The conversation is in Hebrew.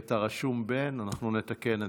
כנסת נכבדה, בשנים האחרונות אני עסוק עם